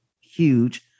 huge